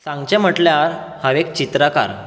सांगचे म्हटल्यार हांव एक चित्रकार